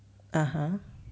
(uh huh)